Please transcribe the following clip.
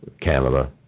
Canada